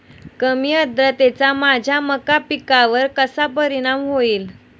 कमी आर्द्रतेचा माझ्या मका पिकावर कसा परिणाम होईल?